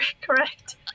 correct